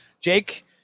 Jake